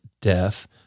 death